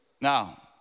Now